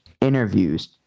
Interviews